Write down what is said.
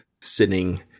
sitting